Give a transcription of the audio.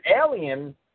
alien